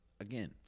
Again